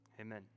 Amen